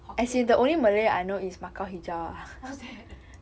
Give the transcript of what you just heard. hokkien into what's that